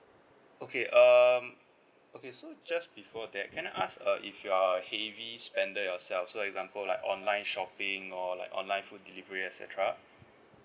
okay um okay so just before that can I ask uh if you're a heavy spender yourself so example like online shopping or like online food delivery et cetera